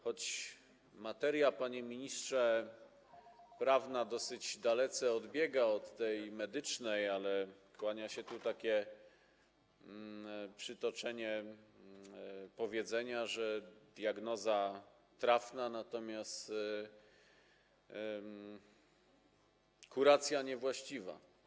Choć materia, panie ministrze, prawna dosyć daleko odbiega od medycznej, ale kłania się tu takie przytoczenie, powiedzenie, że diagnoza trafna, natomiast kuracja niewłaściwa.